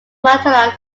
maternal